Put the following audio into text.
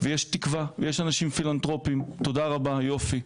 יש תקווה ויש אנשים פילנתרופים, תודה רבה, יופי.